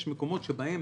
יש מקומות שבהם